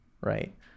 right